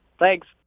Thanks